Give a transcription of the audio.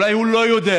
אולי הוא לא יודע.